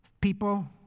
People